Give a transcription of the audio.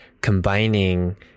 combining